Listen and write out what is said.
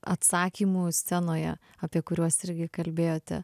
atsakymų scenoje apie kuriuos irgi kalbėjote